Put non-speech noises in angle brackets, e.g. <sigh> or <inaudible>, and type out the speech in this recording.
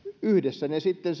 yhdessä ne sitten <unintelligible>